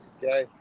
Okay